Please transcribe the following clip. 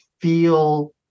feel